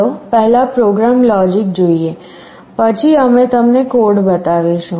ચાલો પહેલા program logic જોઈએ પછી અમે તમને કોડ બતાવીશું